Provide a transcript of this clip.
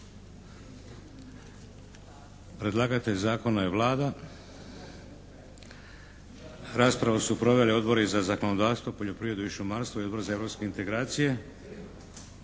Predlagatelj zakona je Vlada. Raspravu su proveli Odbori za zakonodavstvo, poljoprivredu i šumarstvu i Odbor za europske integracije.